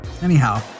anyhow